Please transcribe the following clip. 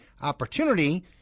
opportunity